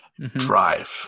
drive